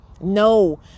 no